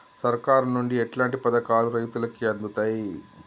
సర్కారు నుండి ఎట్లాంటి పథకాలు రైతులకి అందుతయ్?